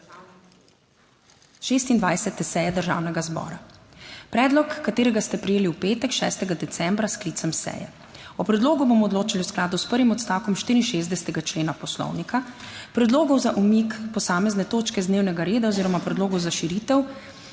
26. seje državnega zbora, predlog katerega ste prejeli v petek 6. decembra s sklicem seje. O predlogu bomo odločali v skladu s prvim odstavkom 64. člena Poslovnika. Predlogov za umik posamezne točke z dnevnega reda oziroma predlogov za širitev